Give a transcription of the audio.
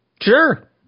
Sure